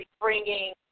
bringing